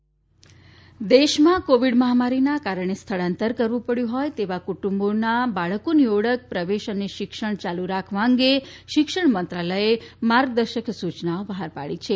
Covid ટ્યુન શિક્ષણ માર્ગદર્શિકા દેશમાં કોવિડ મહામારીના કારણે સ્થળાંતર કરવું પડ્યું હોય તેવાં ક્રુટુંબોનાં બાળકોની ઓળખ પ્રવેશ અને શિક્ષણ ચાલુ રાખવા અંગે શિક્ષણ મંત્રાલયે માર્ગદર્શક સૂચના બહાર પાડી છે